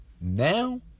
Now